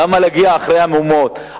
למה להגיע אחרי המהומות?